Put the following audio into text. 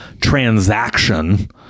transaction